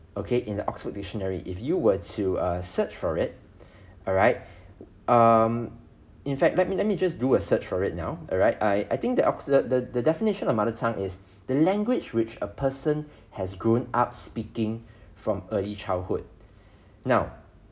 okay in the oxford dictionary if you were to err search for it alright um in fact let me let me just do a search for it now alright I I think the oxford the the definition of mother tongue is the language which a person has grown up speaking from early childhood now